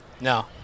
No